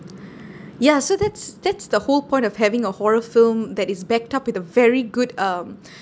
ya so that's that's the whole point of having a horror film that is backed up with a very good um